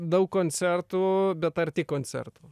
daug koncertų bet arti koncertų